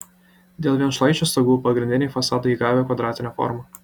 dėl vienšlaičių stogų pagrindiniai fasadai įgavę kvadratinę formą